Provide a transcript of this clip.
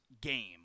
game